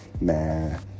Man